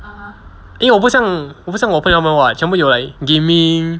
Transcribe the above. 因为我不像我不像我朋友他们 [what] 全部有 like gaming